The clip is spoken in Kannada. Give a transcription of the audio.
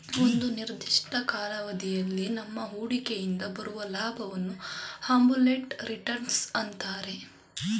ಒಂದು ನಿರ್ದಿಷ್ಟ ಕಾಲಾವಧಿಯಲ್ಲಿ ನಮ್ಮ ಹೂಡಿಕೆಯಿಂದ ಬರುವ ಲಾಭವನ್ನು ಅಬ್ಸಲ್ಯೂಟ್ ರಿಟರ್ನ್ಸ್ ಅಂತರೆ